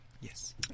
Yes